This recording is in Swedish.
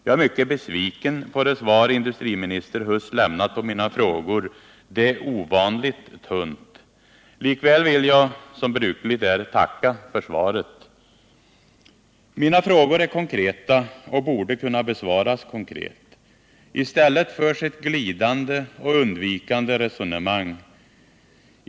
Jag är mycket besviken på det svar industriminister Huss har lämnat på mina frågor. Det är ovanligt tunt. Likväl vill jag som brukligt är tacka för svaret. Mina frågor är konkreta och borde kunna besvaras konkret. I stället förs ett glidande och undvikande resonemang.